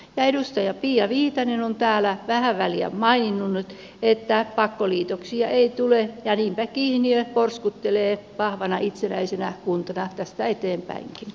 edustaja pia viitanen on täällä vähän väliä maininnut nyt että pakkoliitoksia ei tule ja niinpä kihniö porskuttelee vahvana itsenäisenä kuntana tästä eteenpäinkin